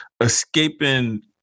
escaping